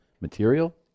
material